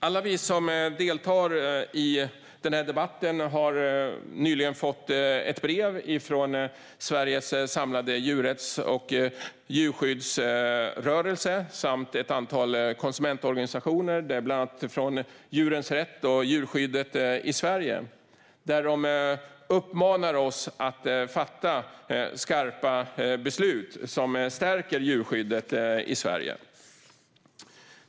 Alla vi som deltar i den här debatten har nyligen fått ett brev från Sveriges samlade djurrätts och djurskyddsrörelser samt från ett antal konsumentorganisationer. Djurens Rätt och Djurskyddet i Sverige uppmanar oss att fatta skarpa beslut som stärker djurskyddet i Sverige.